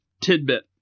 tidbit